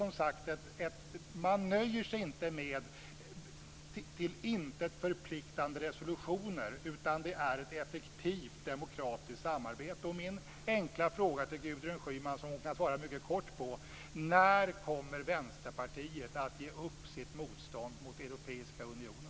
Man nöjer sig inte med till intet förpliktande resolutioner, utan det är ett effektivt demokratiskt samarbete. Jag har en enkel fråga till Gudrun Schyman som hon kan svara mycket kort på. När kommer Vänsterpartiet att ge upp sitt motstånd mot Europeiska unionen?